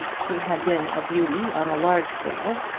she had been a beauty on a large scale,